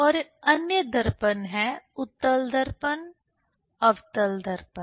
और अन्य दर्पण हैं उत्तल दर्पण अवतल दर्पण